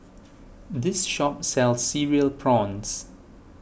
this shop sells Cereal Prawns